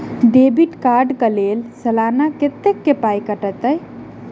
Debit card कऽ लेल सलाना कत्तेक पाई कटतै?